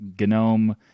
Gnome